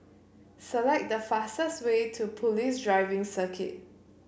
select the fastest way to Police Driving Circuit